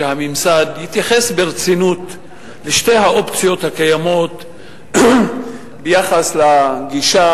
שהממסד יתייחס ברצינות לשתי האופציות הקיימות ביחס לגישה